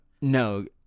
no